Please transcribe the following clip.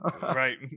Right